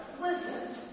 Listen